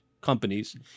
companies